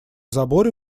заборе